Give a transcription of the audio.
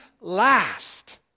last